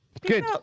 Good